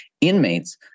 inmates